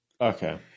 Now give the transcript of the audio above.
okay